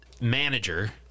manager